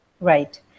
Right